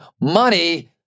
money